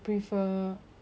ya good body